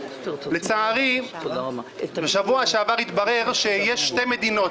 לצערי, בשבוע שעבר התברר שישנן שתי מדינות: